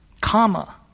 Comma